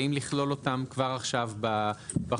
האם לכלול אותם כבר עכשיו בחוק?